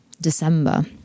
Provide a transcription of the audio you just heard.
December